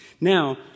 Now